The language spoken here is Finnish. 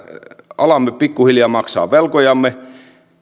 alamme pikkuhiljaa maksaa velkojamme